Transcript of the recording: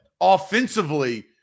offensively